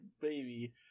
baby